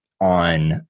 on